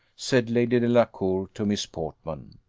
said lady delacour to miss portman.